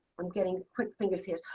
i'm getting quick fingers here.